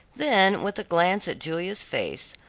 then with a glance at julia's face,